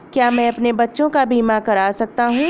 क्या मैं अपने बच्चों का बीमा करा सकता हूँ?